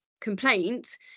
complaint